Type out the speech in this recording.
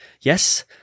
Yes